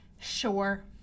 Sure